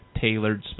tailored